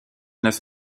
neuf